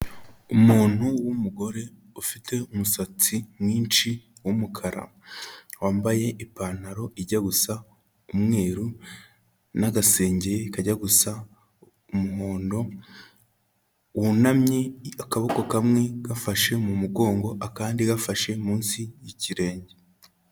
Umuntu w'umugore ufite umusatsi mwinshi w'umukara, wambaye ipantaro ijya gusa umweru n'agasengeri kajya gusa umuhondo, wunamye akaboko kamwe gafashe mu mugongo, akandi gafashe munsi y'ikirenge.